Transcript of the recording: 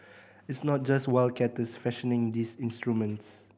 it's not just wildcatters fashioning these instruments